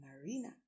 Marina